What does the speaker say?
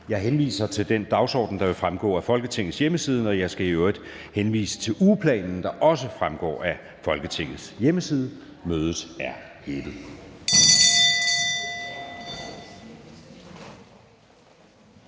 Jeg henviser til den dagsorden, der vil fremgå af Folketingets hjemmeside. Jeg skal øvrigt henvise til ugeplanen, der også fremgår af Folketingets hjemmeside. Mødet er hævet.